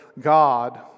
God